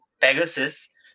Pegasus